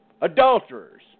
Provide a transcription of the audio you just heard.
adulterers